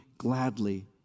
gladly